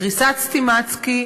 קריסת "סטימצקי"